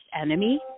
enemy